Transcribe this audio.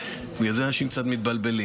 בגלל זה אנשים קצת מתבלבלים.